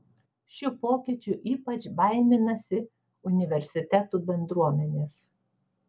šių pokyčių ypač baiminasi universitetų bendruomenės